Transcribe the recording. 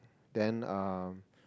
then uh